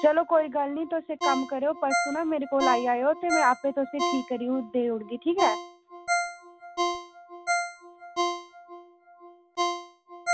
ते चलो तुस इक्क कम्म करेओ तुस ना परसों मेरे कोल आई जायो ते में आपें तुसें गी ठीक करी देई ओड़गी ठीक ऐ